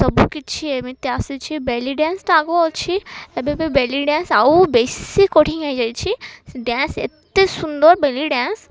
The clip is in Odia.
ସବୁକିଛି ଏମିତି ଆସିଛି ବେଲି ଡ୍ୟାନ୍ସ ତ ଆଗ ଅଛି ଏବେ ବେଲି ଡ୍ୟାନ୍ସ ଆଉ ବେଶି ହେଇଯାଇଛି ଡ୍ୟାନ୍ସ ଏତେ ସୁନ୍ଦର ବେଲି ଡ୍ୟାନ୍ସ